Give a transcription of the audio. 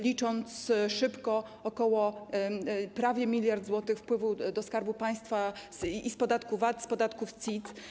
Licząc szybko, to prawie miliard złotych wpływu do Skarbu Państwa i z podatku VAT, i z podatku CIT.